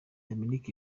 dominic